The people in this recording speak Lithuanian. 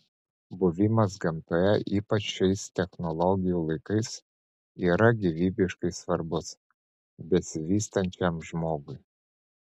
buvimas gamtoje ypač šiais technologijų laikais yra gyvybiškai svarbus besivystančiam žmogui